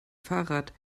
fahrrad